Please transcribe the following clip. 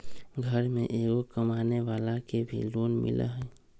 घर में एगो कमानेवाला के भी लोन मिलहई?